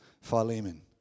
Philemon